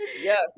Yes